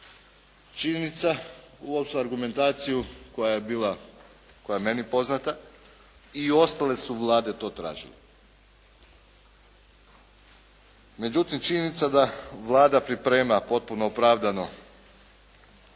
ne razumije./ … argumentaciju koja je meni poznata i ostale su vlade to tražile. Međutim, činjenica da Vlada priprema potpuno opravdano